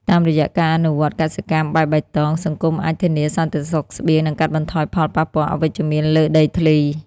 តាមរយៈការអនុវត្តកសិកម្មបែបបៃតង សង្គមអាចធានាសន្តិសុខស្បៀង និងកាត់បន្ថយផលប៉ះពាល់អវិជ្ជមានលើដីធ្លី។